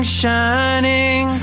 shining